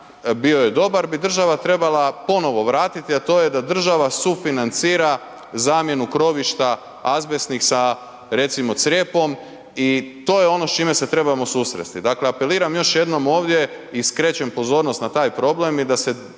bio je dobar, bi država trebala ponovo vratiti, a to je da država sufinancira zamjenu krovišta azbestnih sa recimo crijepom i to je on s čime se trebamo susresti. Dakle, apeliram još jednom ovdje i skrećem pozornost na taj problem i da se